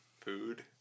food